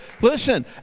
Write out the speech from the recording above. listen